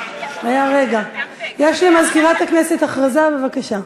יש למזכירת הכנסת הודעה, בבקשה.